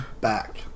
back